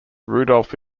rudolph